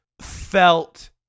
felt